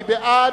מי בעד?